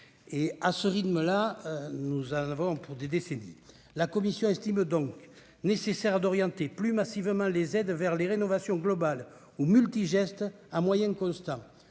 À ce rythme-là, nous en avons pour des décennies ! La commission estime donc nécessaire d'orienter plus massivement les aides vers les rénovations globales ou multigestes, à moyens constants.